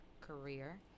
career